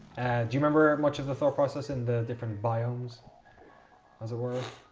do you remember much of the thought process in the different biomes as it were?